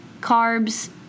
carbs